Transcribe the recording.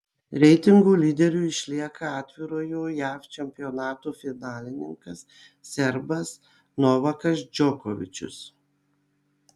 reitingo lyderiu išlieka atvirojo jav čempionato finalininkas serbas novakas džokovičius